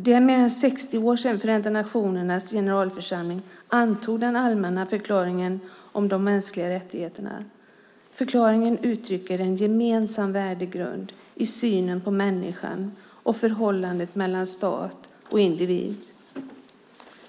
Det är mer än 60 år sedan Förenta nationernas generalförsamling antog den allmänna förklaringen om de mänskliga rättigheterna. Förklaringen uttrycker en gemensam värdegrund i synen på människan och förhållandet mellan stat och individ.